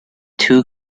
two